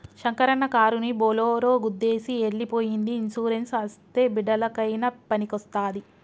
శంకరన్న కారుని బోలోరో గుద్దేసి ఎల్లి పోయ్యింది ఇన్సూరెన్స్ అస్తే బిడ్డలకయినా పనికొస్తాది